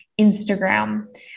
Instagram